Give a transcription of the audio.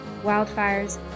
wildfires